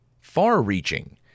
Far-reaching